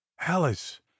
Alice